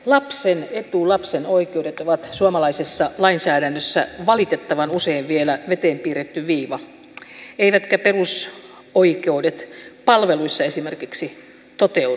lapsen etu lapsen oikeudet ovat suomalaisessa lainsäädännössä valitettavan usein vielä veteen piirretty viiva eivätkä perusoikeudet palveluissa esimerkiksi toteudu